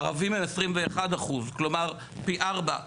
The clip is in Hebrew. ערבים הם 21%. כלומר, פי ארבע.